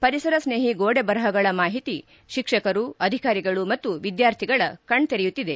ಪರಿಸರ ಸ್ವೇಹಿ ಗೋಡೆ ಬರಹಗಳ ಮಾಹಿತಿ ಶಿಕ್ಷಕರು ಅಧಿಕಾರಿಗಳು ಮತ್ತು ವಿದ್ಯಾರ್ಥಿಗಳ ಕಣ್ ತೆರೆಯುತ್ತಿದೆ